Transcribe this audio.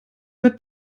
mit